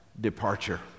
departure